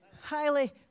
highly